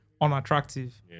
unattractive